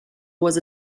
was